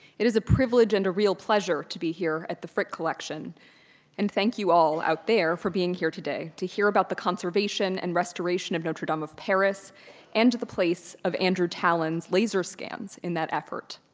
it is a privilege and a real pleasure to be here at the frick collection and thank you all out there for being here today to hear about the conservation and restoration of notre-dame of paris and the place of andrew tallon's laser scans in that effort.